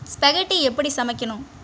spaghetti எப்படி சமைக்கணும்